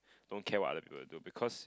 don't care what other people will do because